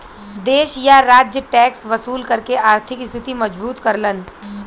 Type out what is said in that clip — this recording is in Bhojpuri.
देश या राज्य टैक्स वसूल करके आर्थिक स्थिति मजबूत करलन